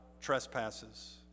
trespasses